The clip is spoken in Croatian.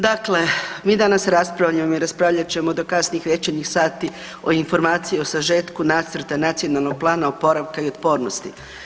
Dakle, mi danas raspravljamo i raspravljat ćemo do kasnih večernjih sati o Informaciji o sažetku nacrta Nacionalnog plana oporavka i otpornosti.